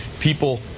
people